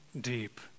deep